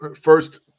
first